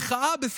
מחאה, בסדר,